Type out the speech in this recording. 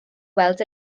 weld